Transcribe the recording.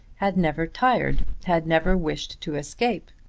had never tired, had never wished to escape.